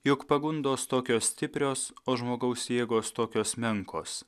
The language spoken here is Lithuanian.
juk pagundos tokios stiprios o žmogaus jėgos tokios menkos